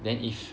then if